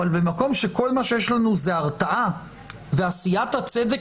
אבל במקום שכל מה שיש לנו הרתעה ועשיית הצדק